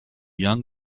young